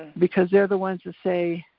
because they're the ones that say,